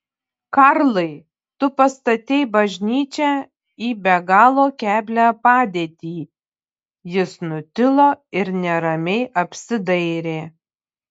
karlai tu pastatei bažnyčią į be galo keblią padėtį jis nutilo ir neramiai apsidairė